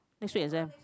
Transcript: next week exam